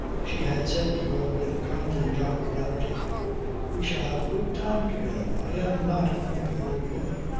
she had said to her with kindly jocularity we shall have a good time together. i am not a grumpy old woman.